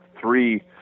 three